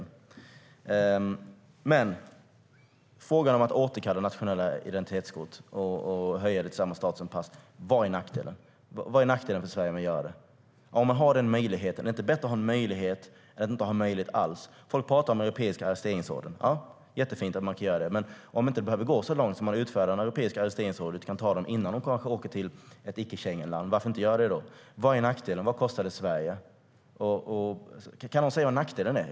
När det gäller frågan om att återkalla nationella identitetskort och höja det till samma status som pass undrar jag vad som är nackdelen för Sverige att göra det. Om man har den möjligheten, är det då inte bättre att ha en möjlighet än att inte ha någon möjlighet alls? Folk pratar om den europeiska arresteringsordern. Ja, det är jättefint att man kan göra så, men om det inte behöver gå så långt som att utfärda en europeisk arresteringsorder utan man kan ta dem utan de kanske åker till ett icke-Schengenland, varför inte göra det då? Vad kostar det Sverige? Kan någon säga vad nackdelen är?